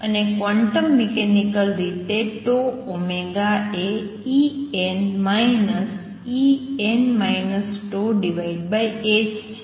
અને quantum mechanical રીતે τω એ En En τ છે